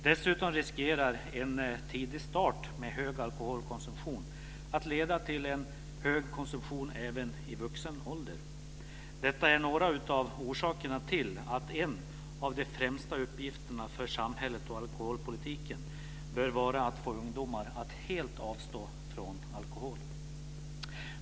Dessutom riskerar en tidig start med hög alkoholkonsumtion att leda till en hög konsumtion även i vuxen ålder. Detta är några av orsakerna till att en av de främsta uppgifterna för samhället och alkoholpolitiken bör vara att få ungdomar att helt avstå från alkohol.